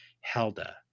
Helda